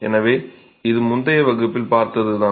எனவே இது முந்தைய வகுப்பில் நாம் பார்த்தது தான்